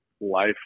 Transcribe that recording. life